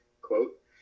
quote